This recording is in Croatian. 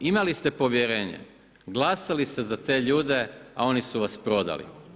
Imali ste povjerenje, glasali ste za te ljude a oni su vas prodali.